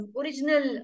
original